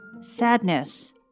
sadness